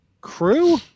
Crew